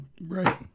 right